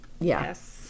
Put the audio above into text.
Yes